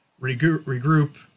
regroup